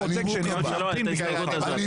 לא, דווקא את ההסתייגות הזאת.